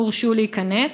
הורשו להיכנס.